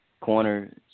corner